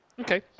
Okay